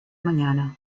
mañana